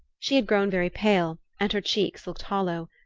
she had grown very pale, and her cheeks looked hollow.